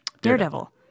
Daredevil